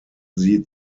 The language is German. sie